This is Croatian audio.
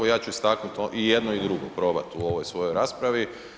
Ja ću istaknuti i jedno i drugo, probati u ovoj svojoj raspravi.